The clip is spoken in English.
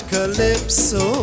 Calypso